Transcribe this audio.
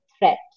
threat